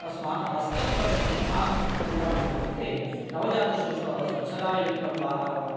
तस्मात् हस्तस्पर्शनं मा कुर्वन्तु इति नवजातशिशोः स्वच्छतायुक्तं वातावरणं